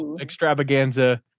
Extravaganza